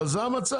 אבל זה המצב,